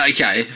Okay